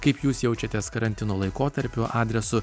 kaip jūs jaučiatės karantino laikotarpiu adresu